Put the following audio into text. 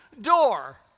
door